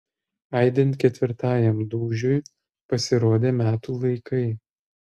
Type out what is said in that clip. aidint ketvirtajam dūžiui pasirodė metų laikai